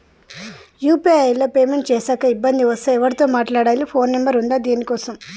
UPI లో payment చేశాక ఇబ్బంది వస్తే ఎవరితో మాట్లాడాలి? ఫోన్ నంబర్ ఉందా దీనికోసం?